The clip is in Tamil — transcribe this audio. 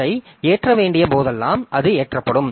அதை ஏற்ற வேண்டிய போதெல்லாம் அது ஏற்றப்படும்